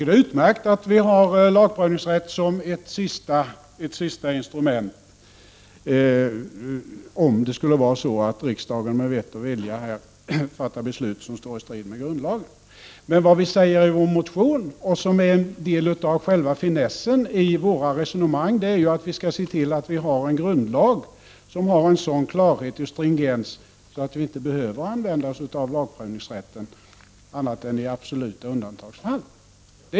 Det är utmärkt att lagprövningsrätten finns som ett sista instrument, om det skulle vara så att riksdagen med vett och vilja fattar beslut som står i strid med grundlagen. Men vad vi säger i vår motion och som är en del av själva finessen i vårt resonemang är att vi vill se till att grundlagen har en sådan klarhet och stringens att lagprövningsrätten inte behöver användas annat än i absoluta undantagsfall.